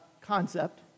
concept